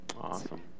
Awesome